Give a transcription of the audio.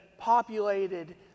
populated